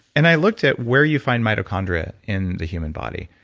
and i looked at where you find mitochondria in the human body.